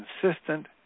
consistent